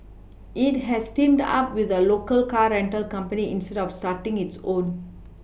it has teamed up with a local car rental company instead of starting its own